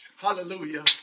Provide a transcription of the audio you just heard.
Hallelujah